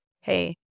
hey